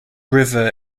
river